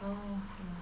oo